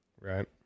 Right